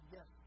Yes